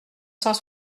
cent